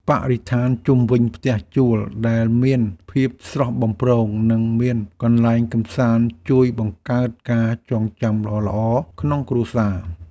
បរិស្ថានជុំវិញផ្ទះជួលដែលមានភាពស្រស់បំព្រងនិងមានកន្លែងកម្សាន្តជួយបង្កើតការចងចាំល្អៗក្នុងគ្រួសារ។